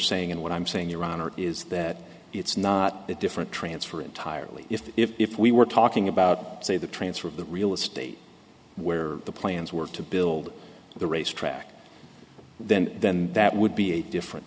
saying and what i'm saying your honor is that it's not that different transfer entirely if we were talking about say the transfer of the real estate where the plans were to build the race track then then that would be a different